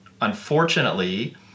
unfortunately